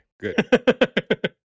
Good